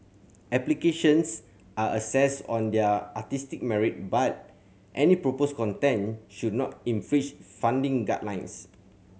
applications are assessed on their artistic merit but any proposed content should not infringe funding guidelines